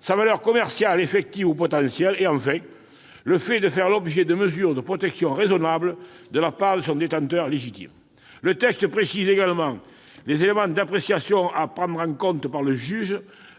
sa valeur commerciale effective ou potentielle et, enfin, le fait de faire l'objet de mesures de protection raisonnables de la part de son détenteur légitime. Le texte précise également les éléments d'appréciation que le juge devra prendre en compte,